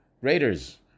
Raiders